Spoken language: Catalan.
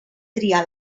triar